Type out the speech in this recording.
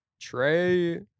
trey